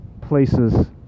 places